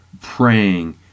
praying